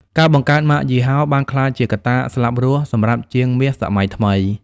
ការបង្កើត "ម៉ាកយីហោ" បានក្លាយជាកត្តាស្លាប់រស់សម្រាប់ជាងមាសសម័យថ្មី។